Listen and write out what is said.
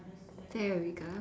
there we go